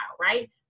right